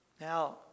Now